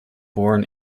born